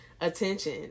attention